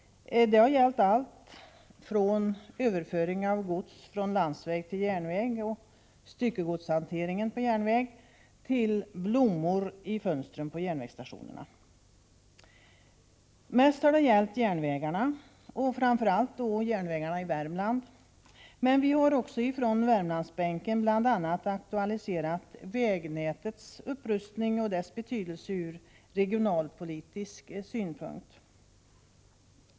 Det har gällt allt från överföring av gods från landsväg till järnväg och styckegodshanteringen till blommor i fönstren på järnvägsstationerna. Mest har det gällt järnvägarna, och framför allt då järnvägarna i Värmland, men vi på Värmlandsbänken har också bl.a. aktualiserat vägnätets upprustning och dess betydelse ur regionalpolitisk synpunkt.